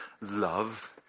Love